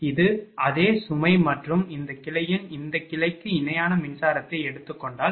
இது அதே சுமை மற்றும் இந்த கிளையின் இந்த கிளைக்கு இணையான மின்சாரத்தை எடுத்துக் கொண்டால்